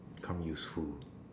become useful